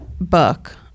book